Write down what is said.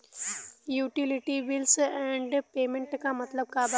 Utility bills and payments क मतलब का बा?